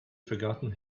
forgotten